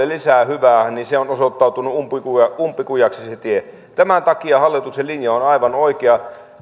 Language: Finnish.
lisää hyvää niin se tie on osoittautunut umpikujaksi umpikujaksi tämän takia hallituksen linja on aivan oikea